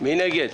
מי נגד?